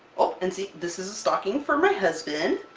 oh, and see this is a stocking for my husband,